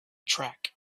track